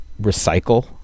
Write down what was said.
recycle